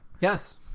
Yes